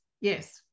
yes